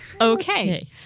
Okay